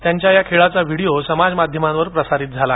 त्यांच्या या खेळाचा व्हिडीओ समाजमाध्यमांवर प्रसारित झाला